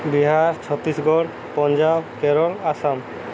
Bihar Chhattisgarh Punjab Kerala Assam